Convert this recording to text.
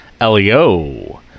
Leo